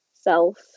self